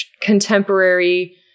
contemporary